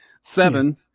Seven